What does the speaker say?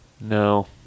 No